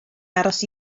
aros